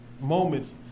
moments